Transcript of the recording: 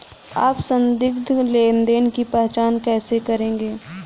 आप संदिग्ध लेनदेन की पहचान कैसे करेंगे?